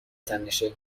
تنشه